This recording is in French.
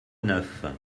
neuf